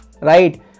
right